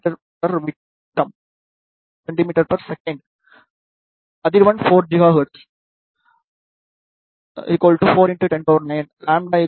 me வி அதிர்வெண் 4 gigahertz 4 109 λ 7